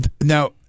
now